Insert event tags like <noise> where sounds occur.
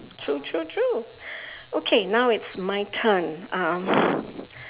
true true true okay now it's my turn um <breath>